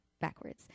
backwards